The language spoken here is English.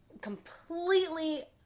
completely